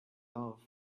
love